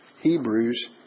Hebrews